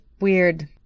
weird